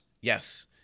Yes